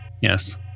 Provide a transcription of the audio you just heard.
Yes